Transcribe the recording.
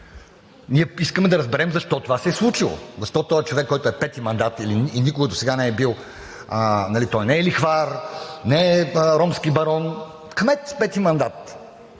Ние искаме да разберем защо това се е случило? Защо този човек, който е пети мандат и никога досега не е бил – той не е лихвар, не е ромски барон, кмет пети мандат,